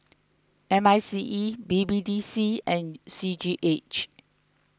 M I C E B B D C and C G H